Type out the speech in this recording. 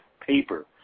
paper